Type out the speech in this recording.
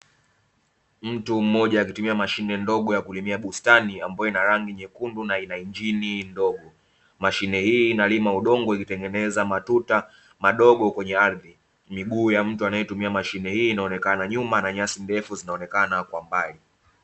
Mtu mmoja akitumia mashine ndogo ya kulimia bustani ambayo ina rangi nyekundu na ina injini ndogo. Mashine hii inalima udongo, ikitengeneza matuta madogo kwenye ardhi. Miguu ya mtu anaetumia mashine hii inaonekana nyuma na nyasi ndefu zinaonekana kwa mbali.